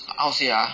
how to say ah